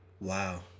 Wow